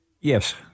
Yes